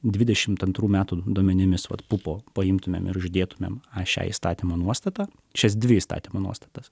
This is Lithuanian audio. dvidešimt antrų metų duomenimis vat pupo paimtumėm ir uždėtumėm aš šią įstatymo nuostatą šias dvi įstatymo nuostatas